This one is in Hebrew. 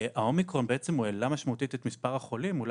האומיקרון בעצם העלה משמעותית את מספר החולים אולי